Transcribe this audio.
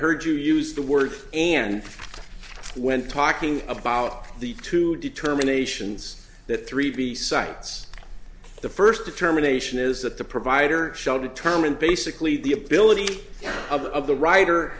heard you use the word and when talking about the two determinations that three b cites the first determination is that the provider shall determine basically the ability of the writer